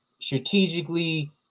strategically